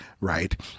right